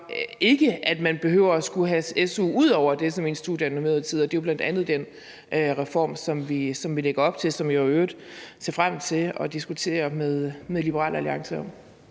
så ikke, at man behøver at skulle have su ud over den tid, som ens studie er normeret til, og det er jo bl.a. den reform, som vi lægger op til, og som jeg i øvrigt ser frem til at diskutere med Liberal Alliance.